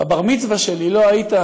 בבר-מצווה שלי לא היית,